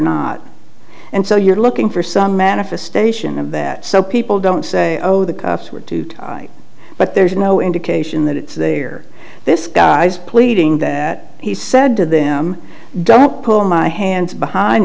not and so you're looking for some manifestation of that so people don't say oh the cuffs were too but there's no indication that it's there this guy's pleading that he said to them don't pull my hands behind